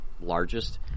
largest